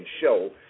show